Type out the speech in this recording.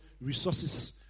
resources